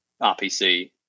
RPC